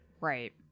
Right